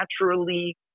naturally